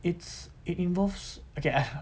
it's it involves okay ah